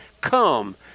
Come